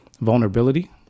vulnerability